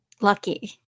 lucky